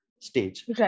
stage